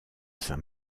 saint